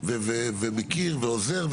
ומכיר ועוזר,